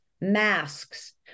masks